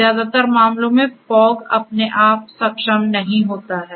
ज्यादातर मामलों में फॉग अपने आप सक्षम नहीं होता है